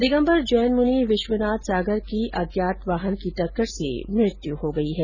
दिगम्बर जैन मुनि विश्वनाथ सागर की अज्ञात वाहन की टक्कर से मृत्यु हो गई है